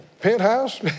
penthouse